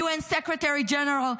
UN Secretary-General,